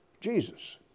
Jesus